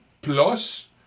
plus